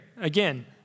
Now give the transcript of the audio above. Again